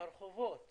ברחובות